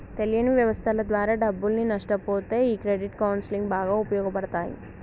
తెలియని వ్యవస్థల ద్వారా డబ్బుల్ని నష్టపొతే ఈ క్రెడిట్ కౌన్సిలింగ్ బాగా ఉపయోగపడతాయి